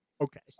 Okay